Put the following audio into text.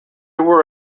were